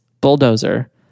bulldozer